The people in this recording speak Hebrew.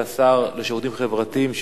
של השר לשירותים חברתיים,